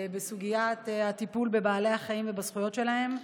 בסוגית הטיפול בבעלי החיים ובזכויות שלהם.